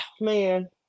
man